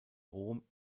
rom